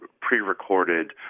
pre-recorded